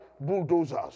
bulldozers